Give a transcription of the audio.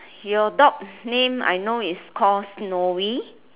you dog name I know is called Snowy